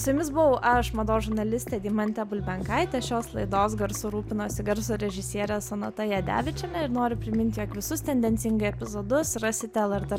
su jumis buvau aš mados žurnalistė deimantė bulbenkaitė šios laidos garsu rūpinosi garso režisierė sonata jadevičienė ir noriu priminti jog visus tendencingai epizodus rasite lrt